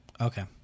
Okay